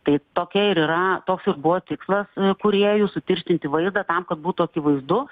tai tokia ir yra tos ir buvo tikslas kūrėjų sutirštinti vaizdą tam kad būtų akivaizdu